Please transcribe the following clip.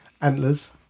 antlers